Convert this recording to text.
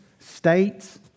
states